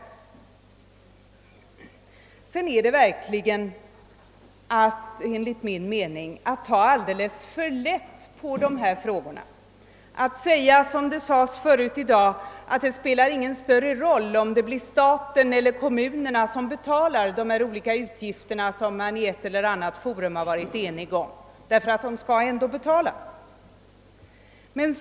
Enligt min mening är det verkligen att ta alldeles för lätt på dessa frågor om man säger — som någon gjorde tidigare i dag — att det inte spelar någon större roll om det blir staten eller kommunerna som betalar dessa olika utgifter som man i ett eller annat forum har varit enig om, eftersom de ändå skall betalas.